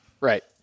Right